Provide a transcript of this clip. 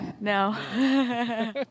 No